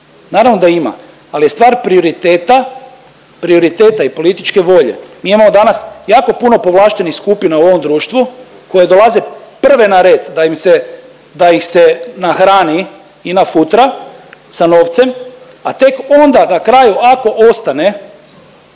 naravno da ima, ali je stvar prioriteta, prioriteta i političke volje. Mi imamo danas jako puno povlaštenih skupina u ovom društvu koje dolaze prve na red da im se, da ih se nahrani i nafutra sa novcem, a tek onda na kraju ako ostane